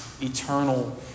eternal